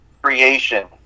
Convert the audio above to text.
creation